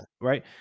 right